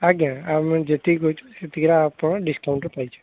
ଆଜ୍ଞା ଆମେ ଯେତିକି କହିଛୁ ସେତିକିରେ ଆପଣ ଡିସ୍କାଉଣ୍ଟରେ ପାଇଯିବେ